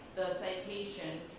the citation,